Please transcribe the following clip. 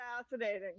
fascinating